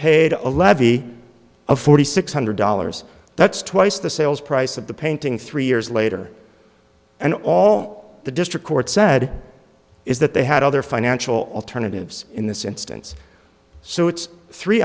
paid a levy of forty six hundred dollars that's twice the sales price of the painting three years later and all the district court said is that they had other financial alternatives in this instance so it's three